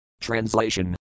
Translation